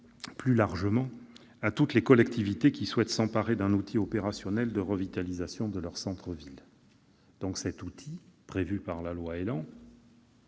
plus largement, à toutes les collectivités désireuses de s'emparer d'un outil opérationnel de revitalisation de leur centre-ville. Cet outil prévu par le projet